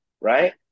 right